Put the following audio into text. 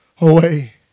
away